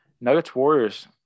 Nuggets-Warriors